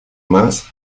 más